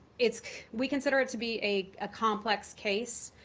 it's we consider it to be a ah complex case.